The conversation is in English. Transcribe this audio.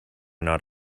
not